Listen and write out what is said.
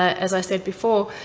as i said before,